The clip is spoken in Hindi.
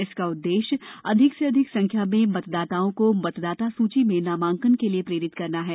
इसका उद्देश्य अधिक से अधिक संख्या में मतदाताओं को मतदाता सूची में नामांकन के लिए प्रेरित करना है